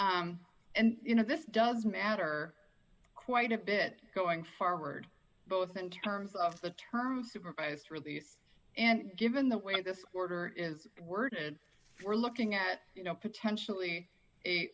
and you know this does matter quite a bit going forward both in terms of the term supervised release and given the way this order is worded we're looking at you know potentially a